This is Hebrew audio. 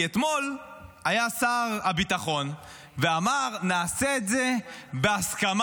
כי אתמול שר הביטחון אמר, נעשה את זה בהסכמה.